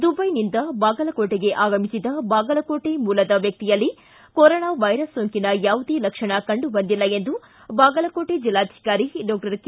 ದುಬೈದಿಂದ ಬಾಗಲಕೋಟೆಗೆ ಆಗಮಿಸಿದ ಬಾಗಲಕೋಟೆ ಮೂಲದ ವ್ಯಕ್ತಿಯಲ್ಲಿ ಕೊರೊನಾ ವೈರಸ್ ಸೋಂಕಿನ ಯಾವುದೇ ಲಕ್ಷಣ ಕಂಡು ಬಂದಿಲ್ಲ ಎಂದು ಬಾಗಲಕೋಟೆ ಜಿಲ್ಲಾಧಿಕಾರಿ ಡಾಕ್ವರ್ ಕೆ